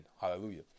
Hallelujah